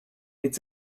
it’s